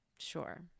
sure